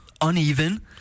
uneven